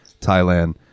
Thailand